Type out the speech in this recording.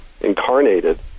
incarnated